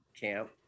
camp